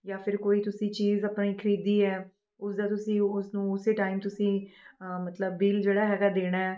ਜਾਂ ਫਿਰ ਕੋਈ ਤੁਸੀਂ ਚੀਜ਼ ਆਪਾਂ ਨੇ ਖਰੀਦੀ ਹੈ ਉਸ ਦਾ ਤੁਸੀਂ ਉਸ ਨੂੰ ਉਸੇ ਟਾਈਮ ਤੁਸੀਂ ਮਤਲਬ ਬਿਲ ਜਿਹੜਾ ਹੈਗਾ ਦੇਣਾ ਹੈ